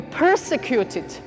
persecuted